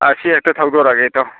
ꯑꯁꯤ ꯍꯦꯛꯇ ꯊꯧꯗꯣꯔꯛꯑꯒꯦ ꯏꯇꯥꯎ